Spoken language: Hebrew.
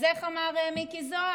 אז איך אמר מיקי זוהר: